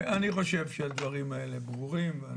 אני חושב שהדברים האלה ברורים.